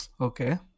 Okay